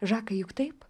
žakai juk taip